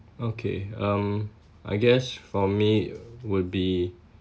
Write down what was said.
okay um I guess for me would be